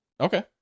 Okay